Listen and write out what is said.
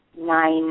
nine